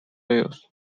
use